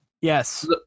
Yes